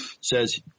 says